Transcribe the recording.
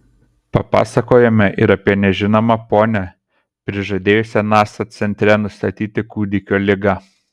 papasakojome ir apie nežinomą ponią prižadėjusią nasa centre nustatyti kūdikio ligą